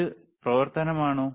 ഇത് പ്രവർത്തനമാണോ